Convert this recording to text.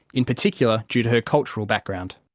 in particular due to her cultural background.